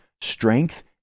strength